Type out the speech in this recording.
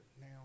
now